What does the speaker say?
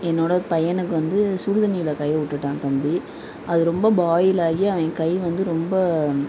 என்னோடய பையனுக்கு வந்து சுடுதண்ணியில் கையை விட்டுட்டான் தம்பி அது ரொம்ப பாயிலாகி அவன் கை வந்து ரொம்ப